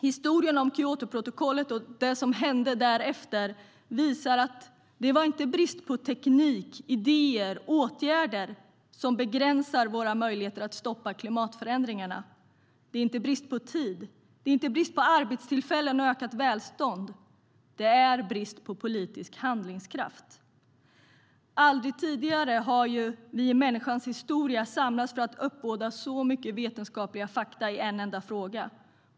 Historien om Kyotoprotokollet och det som hände därefter visar att det inte är brist på teknik, idéer och åtgärder som begränsar våra möjligheter att stoppa klimatförändringarna. Det är inte brist på tid. Det är inte brist på arbetstillfällen och ökat välstånd. Det är brist på politisk handlingskraft. Aldrig tidigare i människans historia har världen samlats för att uppbåda så mycket vetenskapliga fakta i en enda fråga.